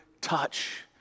touch